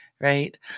right